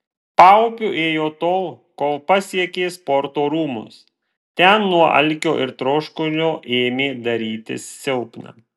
paupiu ėjo tol kol pasiekė sporto rūmus ten nuo alkio ir troškulio ėmė darytis silpna